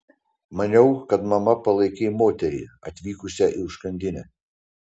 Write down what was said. maniau kad mama palaikei moterį atvykusią į užkandinę